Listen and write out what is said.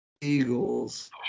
eagles